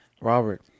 Robert